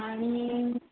आणि